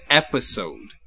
episode